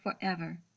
forever